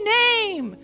name